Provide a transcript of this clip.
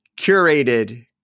curated